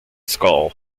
skull